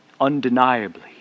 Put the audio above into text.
undeniably